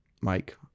mike